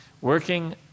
Working